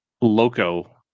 loco